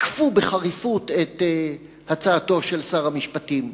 תקפו בחריפות את הצעתו של שר המשפטים.